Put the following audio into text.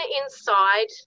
inside